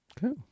Cool